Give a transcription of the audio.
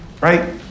Right